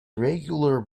regular